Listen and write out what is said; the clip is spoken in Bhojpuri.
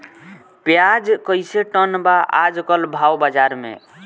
प्याज कइसे टन बा आज कल भाव बाज़ार मे?